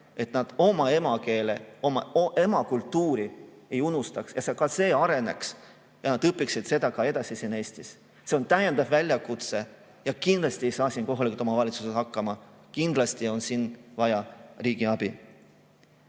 et nad oma emakeelt ja oma kultuuri ei unustaks, et ka see areneks ja nad õpiksid seda edasi siin Eestis. See on täiendav väljakutse ja kindlasti ei saa siin kohalikud omavalitsused hakkama. Kindlasti on siin vaja riigi abi.